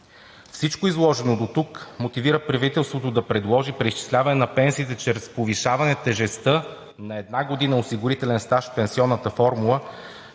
Всичко изложено дотук мотивира правителството да предложи преизчисляване на пенсиите чрез повишаване тежестта на една година осигурителен стаж в пенсионната формула,